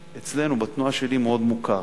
שאצלנו, בתנועה שלי, מאוד מוכר.